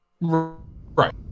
Right